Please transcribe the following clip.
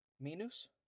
Minus